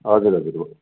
हजुर हजुर